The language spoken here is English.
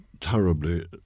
terribly